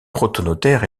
protonotaire